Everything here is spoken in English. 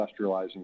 industrializing